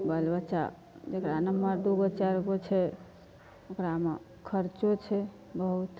बालबच्चा जकरा नमहर दू गो चारि गो छै ओकरामे खर्चो छै बहुत